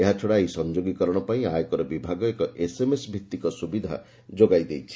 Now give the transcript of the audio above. ଏହାଛଡା ଏହି ସଂଯୋଗୀକରଣ ପାଇଁ ଆୟକର ବିଭାଗ ଏକ ଏସଏମ୍ଏସ ଭିତ୍ତିକ ସୁବିଧା ଯୋଗାଇ ଦେଇଛି